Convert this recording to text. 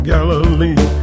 Galilee